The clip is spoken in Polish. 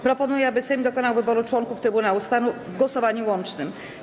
Proponuję, aby Sejm dokonał wyboru członków Trybunału Stanu w głosowaniu łącznym.